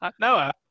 Noah